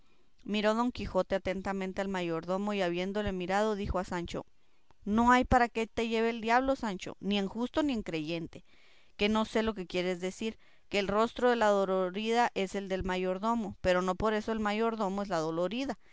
miró don quijote atentamente al mayordomo y habiéndole mirado dijo a sancho no hay para qué te lleve el diablo sancho ni en justo ni en creyente que no sé lo que quieres decir que el rostro de la dolorida es el del mayordomo pero no por eso el mayordomo es la dolorida